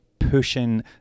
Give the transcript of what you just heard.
Pushing